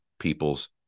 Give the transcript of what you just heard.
people's